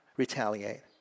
retaliate